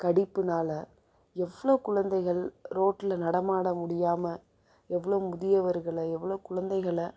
கடிப்புனால எவ்வளோ குழந்தைகள் ரோட்டில் நடமாட முடியாமல் எவ்வளோ முதியவர்களை எவ்வளோ குழந்தைகளை